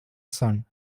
son